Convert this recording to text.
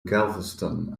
galveston